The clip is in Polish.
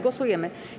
Głosujemy.